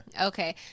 Okay